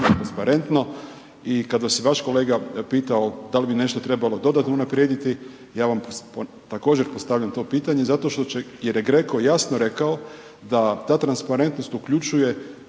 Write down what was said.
transparentno. I kada vas je vaš kolega pitao, da li bi nešto trebalo dodatno unaprijediti, ja vam također postavljam to pitanje zato što će jer je GRECO jasno rekao da ta transparentnost uključuje